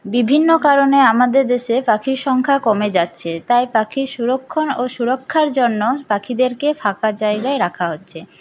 বিভিন্ন কারণে আমাদের দেশে পাখির সংখ্যা কমে যাচ্ছে তাই পাখির সুরক্ষণ ও সুরক্ষার জন্য পাখিদেরকে ফাঁকা জায়গায় রাখা হচ্ছে